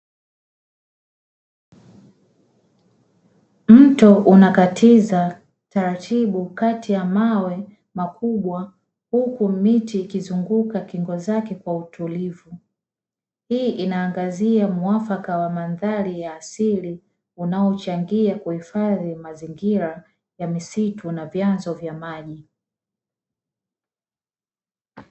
Mto unakatiza taratibu kati ya mawe makubwa, huku miti ikizunguka kingo zake kwa utulivu. Hii inaangazia muafaka wa mandhari ya asili unaochangia kuhifadhi mazingira ya misitu na vyanzo vya maji.